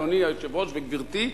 אדוני היושב-ראש וגברתי,